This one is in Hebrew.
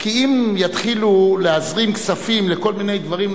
כי אם יתחילו להזרים כספים לכל מיני דברים,